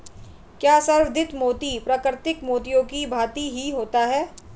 क्या संवर्धित मोती प्राकृतिक मोतियों की भांति ही होता है?